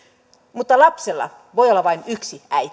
mutta lapsella voi olla vain yksi äiti